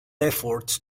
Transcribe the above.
efforts